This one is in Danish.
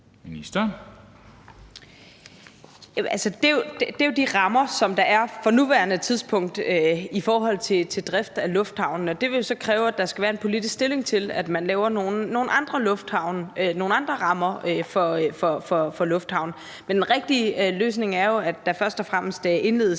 det er jo de rammer, der er på nuværende tidspunkt, i forhold til driften af lufthavnen. Det vil så kræve, at man politisk tog stilling til at lave nogle andre rammer for lufthavnen. Men den rigtige løsning er jo, at der først og fremmest indledes